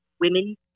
women